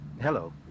Hello